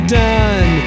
done